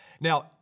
Now